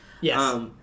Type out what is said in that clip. Yes